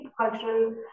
cultural